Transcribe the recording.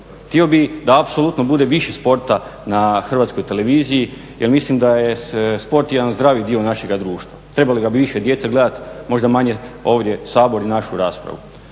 Htio bih da apsolutno bude više sporta na Hrvatskoj televiziji jer mislim da je sport jedan zdravi dio našega društva. Trebali bi ga više djeca gledati, možda manje ovdje Sabor i našu raspravu.